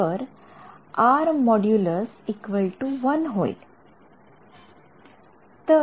तर R १ होईल